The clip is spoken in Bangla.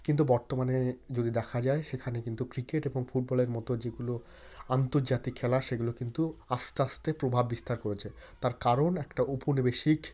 কিন্তু বর্তমানে যদি দেখা যায় সেখানে কিন্তু ক্রিকেট এবং ফুটবলের মতো যেগুলো আন্তর্জাতিক খেলা সেগুলো কিন্তু আস্তে আস্তে প্রভাব বিস্তার করেছে তার কারণ একটা ঔপনিবেশিক